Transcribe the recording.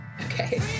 okay